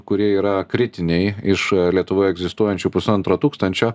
kurie yra kritiniai iš lietuvoje egzistuojančių pusantro tūkstančio